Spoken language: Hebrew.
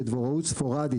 לדבוראות ספורדית.